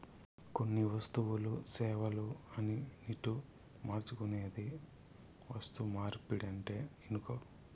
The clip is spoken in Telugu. కొన్ని వస్తువులు, సేవలు అటునిటు మార్చుకునేదే వస్తుమార్పిడంటే ఇనుకో